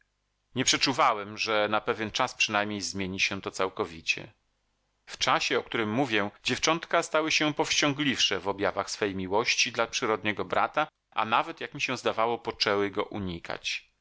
nie przeczuwałem że na pewien czas przynajmniej zmieni się to całkowicie w czasie o którym mówię dziewczątka stały się powściągliwsze w objawach swej miłości dla przyrodniego brata a nawet jak mi się zdawało poczęły go unikać